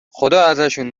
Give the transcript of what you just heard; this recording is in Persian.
خداازشون